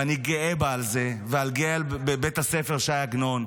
ואני גאה בה על זה, וגאה בבית הספר ש"י עגנון,